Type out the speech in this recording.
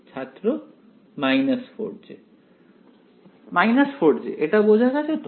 ছাত্র 4j 4j এটা বোঝা গেছে তো